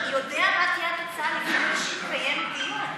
והוא יודע מה תהיה התוצאה לפני שהתקיים דיון,